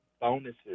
bonuses